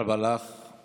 במועצה לביטחון